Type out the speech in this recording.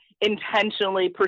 intentionally